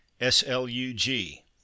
S-L-U-G